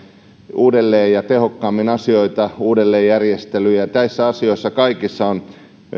uudelleen ja tehokkaammin asioita uudelleenjärjestelyjä kaikissa näissä asioissa on